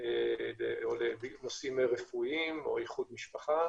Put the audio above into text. או בנושאים רפואיים או איחוד משפחה